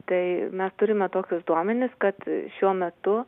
tai mes turime tokius duomenis kad a šiuo metu